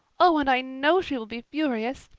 oh, and i know she will be furious.